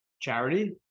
charity